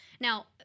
now